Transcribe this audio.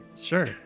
sure